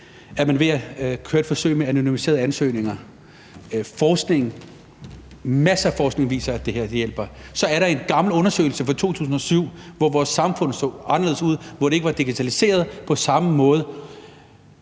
er ved at køre et forsøg med anonymiserede ansøgninger. Masser af forskning viser, at det her hjælper. Så er der en gammel undersøgelse fra 2007, hvor vores samfund så anderledes ud, og hvor det ikke var digitaliseret på samme måde.